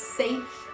safe